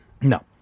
No